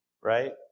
right